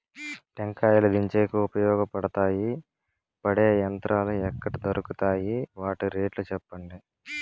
టెంకాయలు దించేకి ఉపయోగపడతాయి పడే యంత్రాలు ఎక్కడ దొరుకుతాయి? వాటి రేట్లు చెప్పండి?